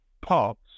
parts